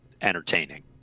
entertaining